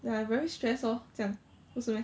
then like very stress lor 这样不是 meh